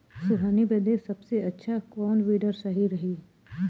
सोहनी बदे सबसे अच्छा कौन वीडर सही रही?